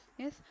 Yes